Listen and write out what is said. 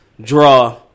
draw